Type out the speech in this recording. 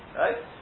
right